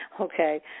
okay